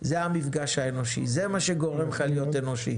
לא אמיתיים, זה לא מעניין יותר מדי.